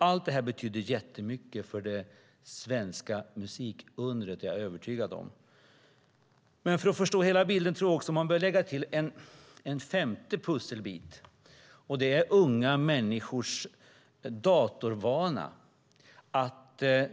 Allt det här betyder jättemycket för det svenska musikundret; det är jag övertygad om. Men för att förstå hela bilden tror jag också att man bör lägga till en femte pusselbit, och det är unga människors datorvana. De kan